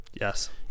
Yes